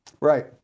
right